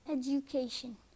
Education